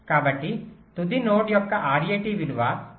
కాబట్టి తుది నోడ్ యొక్క RAT విలువ 5